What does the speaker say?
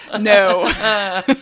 No